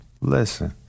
listen